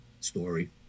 story